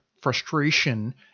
frustration